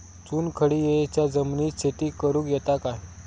चुनखडीयेच्या जमिनीत शेती करुक येता काय?